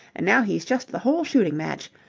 and now he's just the whole shooting-match.